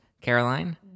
Caroline